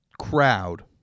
crowd